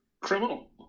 criminal